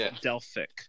Delphic